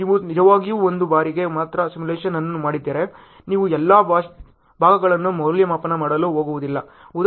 ನೀವು ನಿಜವಾಗಿಯೂ ಒಂದು ಬಾರಿಗೆ ಮಾತ್ರ ಸಿಮ್ಯುಲೇಶನ್ ಅನ್ನು ಮಾಡಿದರೆ ನೀವು ಎಲ್ಲಾ ಭಾಗಗಳನ್ನು ಮೌಲ್ಯಮಾಪನ ಮಾಡಲು ಹೋಗುವುದಿಲ್ಲ